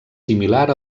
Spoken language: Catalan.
similar